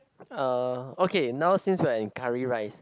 uh okay now since we are in curry rice